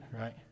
right